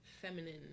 feminine